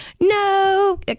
no